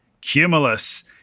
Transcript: Cumulus